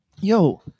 yo